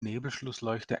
nebelschlussleuchte